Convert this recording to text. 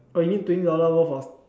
oh you mean twenty dollar worth of